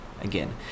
again